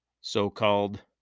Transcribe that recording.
so-called